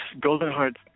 Goldenheart